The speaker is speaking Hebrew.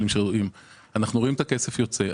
אנחנו רואים את הכסף יוצא,